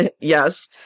yes